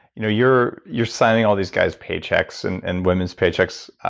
you know you're you're signing all these guy's paychecks and and women's paychecks.